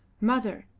mother,